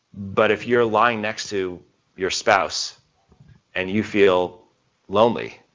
but if you're lying next to your spouse and you feel lonely,